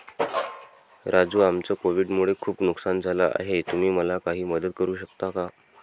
राजू आमचं कोविड मुळे खूप नुकसान झालं आहे तुम्ही मला काही मदत करू शकता का?